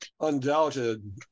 undoubted